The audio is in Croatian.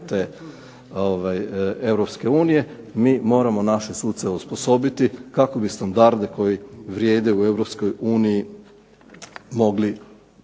te Europske unije mi moramo naše suce osposobiti kako bi standarde koji vrijede u Europskoj uniji mogli